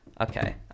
Okay